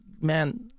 Man